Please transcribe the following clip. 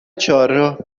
چهارراه